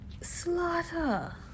slaughter